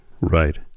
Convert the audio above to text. Right